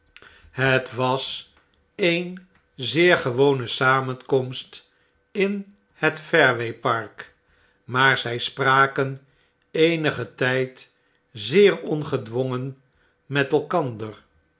set was een zeer gewone samenkomst in het eareway park maar zy spraken eenigen tyd zeer ongedwongen met elkander